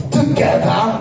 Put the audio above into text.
together